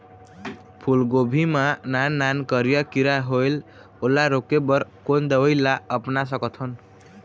फूलगोभी मा नान नान करिया किरा होयेल ओला रोके बर कोन दवई ला अपना सकथन?